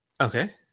Okay